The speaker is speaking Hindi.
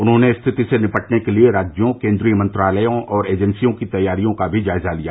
उन्होंने स्थिति से निपटने के लिए राज्यों केन्द्रीय मंत्रालयों और एजेन्सियों की तैयारियों का भी जायजा लिया